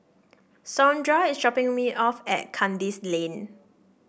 Saundra is dropping me off at Kandis Lane